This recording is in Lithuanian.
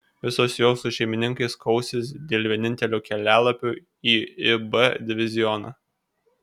visos jos su šeimininkais kausis dėl vienintelio kelialapio į ib divizioną